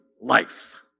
life